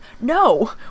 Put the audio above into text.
no